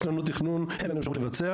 יש לנו תכנון, אין לנו אפשרות לבצע.